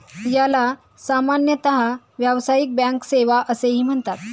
याला सामान्यतः व्यावसायिक बँक सेवा असेही म्हणतात